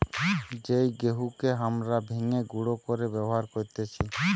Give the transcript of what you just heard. যেই গেহুকে হামরা ভেঙে গুঁড়ো করে ব্যবহার করতেছি